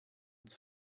uns